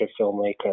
filmmaker